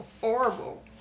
horrible